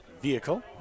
vehicle